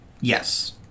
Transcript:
Yes